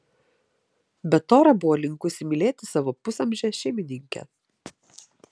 bet tora buvo linkusi mylėti savo pusamžę šeimininkę